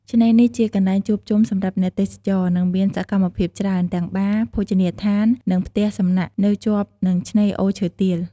ឆ្នេរនេះជាកន្លែងជួបជុំសម្រាប់អ្នកទេសចរ និងមានសកម្មភាពច្រើន ទាំងបារ ភោជនីយដ្ឋាន និងផ្ទះសំណាក់ នៅជាប់នឹងឆ្នេរអូឈើទាល។